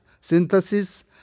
synthesis